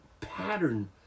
pattern